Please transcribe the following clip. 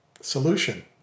solution